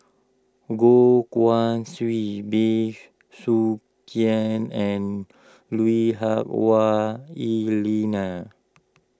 Goh Guan Siew Bey Soo Khiang and Lui Hah Wah Elena